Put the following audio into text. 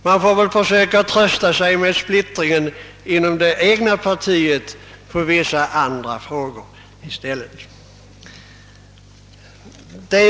Man får väl i stället försöka trösta sig med splittringen inom det egna partiet i vissa andra frågor.